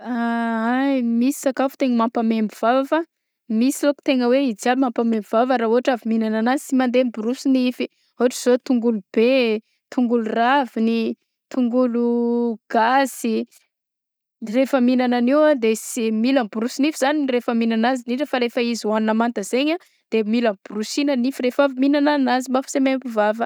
Ay misy sakafo tegna mampamaimbo vava, fa misy sao ko tegna hoe izy jiaby tegna mampa-maimbo vava ra ôhatra avy mihignana agnazy sy mandeha mibrosy nify, ôhatra zao tongolo be, tongolo raviny; tongolo gasy, de rehefa mihignana anio a de s- mila miborosy zany rehefa mihignana azy indrindra fa rehefa izy hohanina manta zegny de mila borosina ny nify rehefa avy mihignana anazy map- sy maimbo vava.